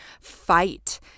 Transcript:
fight